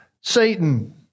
Satan